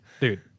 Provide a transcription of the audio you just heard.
Dude